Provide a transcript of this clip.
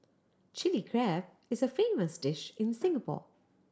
Chilli Crab is a famous dish in Singapore